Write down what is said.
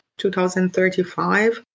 2035